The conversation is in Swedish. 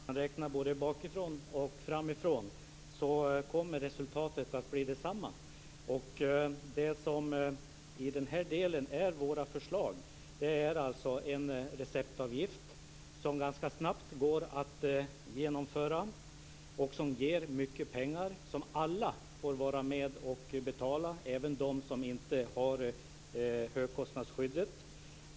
Fru talman! Jag tror att om Conny Öhman räknar både framlänges och baklänges så kommer resultatet att bli detsamma. Det som i denna del är våra förslag är alltså en receptavgift, som går ganska snabbt att genomföra och som ger mycket pengar som alla får vara med och betala, även de som inte omfattas av högkostnadsskyddet.